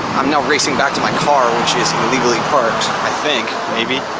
i'm now racing back to my car, which is illegally parked, i think, maybe,